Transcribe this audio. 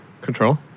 control